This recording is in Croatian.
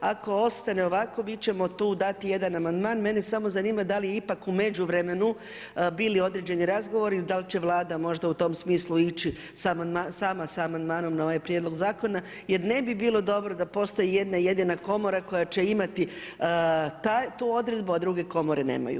Ako ostane ovako, mi ćemo tu dati jedan amandman, a mene samo zanima da li su ipak u međuvremenu bili određeni razgovori i da li će Vlada možda u tom smislu ići sama sa amandmanom na ovaj Prijedlog zakona jer ne bi bilo dobro da postoji jedna-jedina komora koja će imati tu odredbu, a druge komore nemaju.